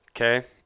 Okay